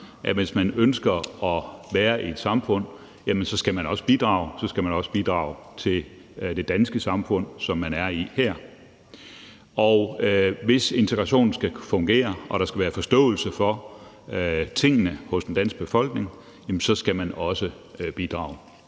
at hvis man ønsker at være i et samfund, skal man også bidrage; så skal man også bidrage til det danske samfund, som man er i her. Hvis integrationen skal kunne fungere og der skal være forståelse for tingene hos danske befolkning, skal man også bidrage.